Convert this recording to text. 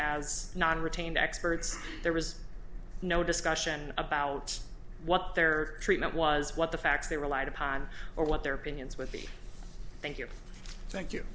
as not retained experts there was no discussion about what their treatment was what the facts they relied upon or what their opinions with the thank you thank you